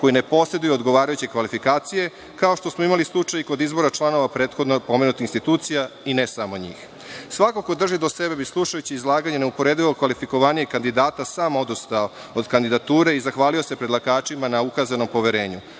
koji ne poseduju odgovarajuće kvalifikacije, kao što smo imali slučaj kod izbora članova prethodno pomenutih institucija i ne samo njih. Svako ko drži do sebe bi, slušajući izlaganje neuporedivo kvalifikovanijeg kandidata, sam odustao od kandidature i zahvalio se predlagačima na ukazanom poverenju. Nasuprot